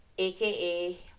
AKA